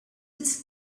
its